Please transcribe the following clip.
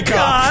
god